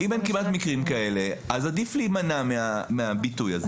אם אין כמעט מקרים כאלה, עדיף להימנע מהביטוי הזה.